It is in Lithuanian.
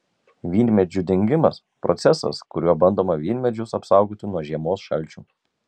vynmedžių dengimas procesas kuriuo bandoma vynmedžius apsaugoti nuo žiemos šalčių